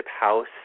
house